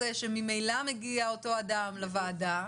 שממילא מגיע אותו אדם לוועדה.